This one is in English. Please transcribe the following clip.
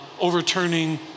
overturning